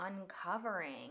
uncovering